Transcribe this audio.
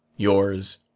yours,